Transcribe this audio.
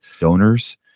donors